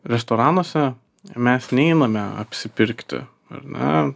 restoranuose mes neimame apsipirkti ar ne